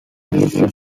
easy